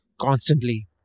constantly